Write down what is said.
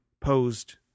posed